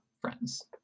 friends